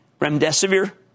Remdesivir